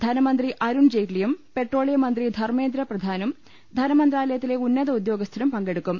ധനമന്ത്രി അരുൺ ജെയ്റ്റ്ലിയും പെട്രോളിയം മന്ത്രി ധർമേന്ദ്ര പ്രധാനും ധനമന്ത്രാലയത്തിലെ ഉന്നത ഉദ്യോഗസ്ഥരും പങ്കെടു ക്കും